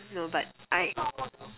no but I